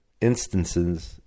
instances